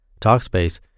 Talkspace